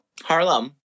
Harlem